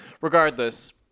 Regardless